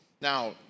Now